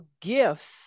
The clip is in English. gifts